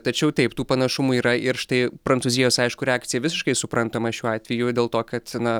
tačiau taip tų panašumų yra ir štai prancūzijos aišku reakcija visiškai suprantama šiuo atveju dėl to kad na